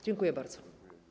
Dziękuję bardzo.